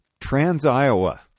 Trans-Iowa